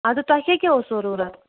اَدٕ تۅہہِ کیٛاہ کیٛاہ اوس ضروٗرَت